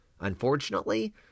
Unfortunately